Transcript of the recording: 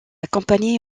accompagné